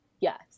Yes